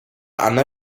anna